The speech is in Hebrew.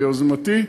ביוזמתי,